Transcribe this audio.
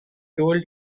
told